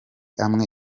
amwe